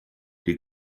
die